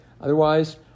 otherwise